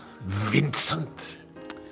Vincent